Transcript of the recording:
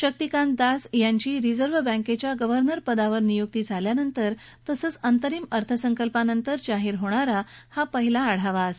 शक्तीकांत दास यांची रिझर्व बॅंकेच्या गव्हर्नरपदावर नियुक्ती झाल्यानंतर तसंच अंतरिम अर्थसंकल्पानंतर जाहीर होणारा हा पहिला वित्तधोरण आढावा आहे